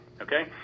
okay